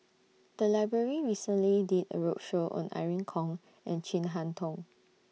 The Library recently did A roadshow on Irene Khong and Chin Harn Tong